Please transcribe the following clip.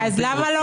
העליון?